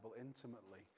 intimately